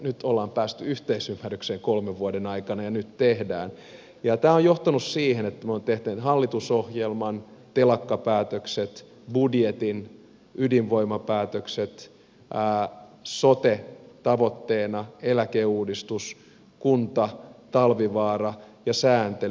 nyt ollaan päästy yhteisymmärrykseen kolmen vuoden aikana ja nyt tehdään ja tämä on johtanut siihen että me olemme tehneet hallitusohjelman telakkapäätökset budjetin ydinvoimapäätökset sekä soten ja tavoitteena ovat eläkeuudistus kunta talvivaara ja sääntely